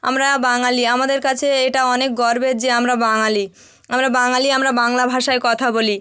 আমরা বাঙালি আমাদের কাছে এটা অনেক গর্বের যে আমরা বাঙালি আমরা বাঙালি আমরা বাংলা ভাষায় কথা বলি